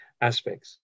aspects